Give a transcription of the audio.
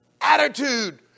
Attitude